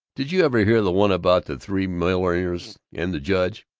did you ever hear the one about the three milliners and the judge?